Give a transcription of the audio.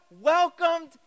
welcomed